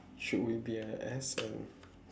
should we be an ass and